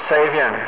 Savior